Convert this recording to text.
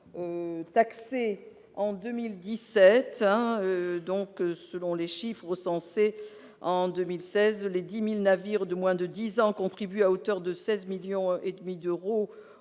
taxés en 2017. Selon les chiffres recensés en 2016, les 10 000 navires de moins de dix ans contribuent à hauteur de 16,5 millions d'euros